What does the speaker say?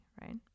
right